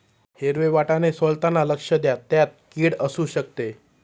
हिरवे वाटाणे सोलताना लक्ष द्या, त्यात किड असु शकते